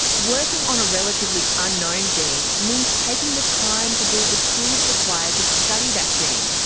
working on a relatively unknown gene means taking the time to build the tools required to study that gene,